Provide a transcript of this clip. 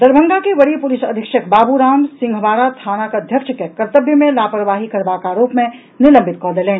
दरभंगा के वरीय पुलिस अधीक्षक बाबूराम सिंहवारा थानाक अध्यक्ष के कर्तव्य मे लापरवाही करबाक आरोप मे निलंबित कऽ देलनि